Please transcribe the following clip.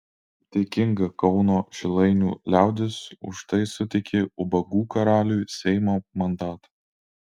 dėkinga kauno šilainių liaudis už tai suteikė ubagų karaliui seimo mandatą